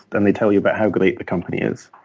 and they tell you about how great the company is,